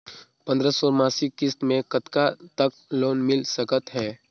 पंद्रह सौ मासिक किस्त मे कतका तक लोन मिल सकत हे?